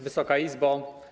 Wysoka Izbo!